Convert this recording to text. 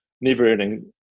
never-ending